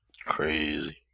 Crazy